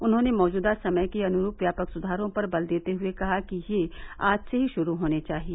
उन्होंने मौजूदा समय के अनुरूप व्यापक सुधारों पर बल देते हुए कहा कि ये आज से ही शुरू होने चाहिए